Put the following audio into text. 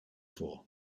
for